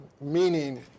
meaning